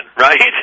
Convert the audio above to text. right